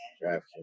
draft